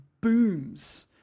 booms